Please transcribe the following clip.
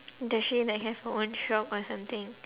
does she like have her own shop or something